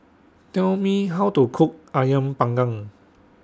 Tell Me How to Cook Ayam Panggang